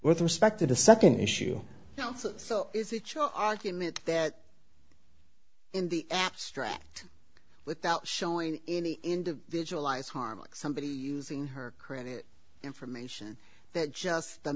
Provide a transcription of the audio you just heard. with respect to the second issue so is it your argument that in the abstract without showing any individual lies harm like somebody using her credit information that just the